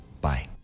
Bye